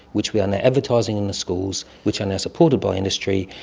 which we are now advertising in the schools, which are now supported by industry,